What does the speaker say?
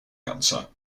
cancer